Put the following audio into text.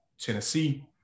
Tennessee